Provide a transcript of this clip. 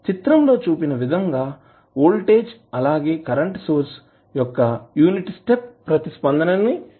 చిత్రంలో చూపిన విధంగా వోల్టేజ్ అలాగే కరెంట్ సోర్స్ యొక్క యూనిట్ స్టెప్ ప్రతిస్పందన ని చూడవచ్చు